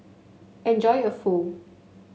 enjoy your Pho